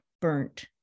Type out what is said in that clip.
burnt